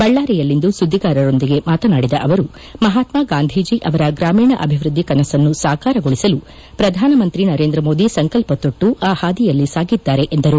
ಬಳ್ಳಾರಿಯಲ್ಲಿಂದು ಸುದ್ದಿಗಾರರೊಂದಿಗೆ ಮಾತನಾಡಿದ ಅವರು ಮಹಾತ್ಮ ಗಾಂಧೀಜಿ ಅವರ ಗ್ರಾಮೀಣ ಅಭಿವೃದ್ದಿ ಕನಸನ್ನು ಸಾಕಾರಗೊಳಿಸಲು ಪ್ರಧಾನಮಂತ್ರಿ ನರೇಂದ್ರ ಮೋದಿ ಸಂಕಲ್ಪತೊಟ್ಟು ಆ ಹಾದಿಯಲ್ಲಿ ಸಾಗಿದ್ದಾರೆ ಎಂದರು